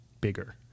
bigger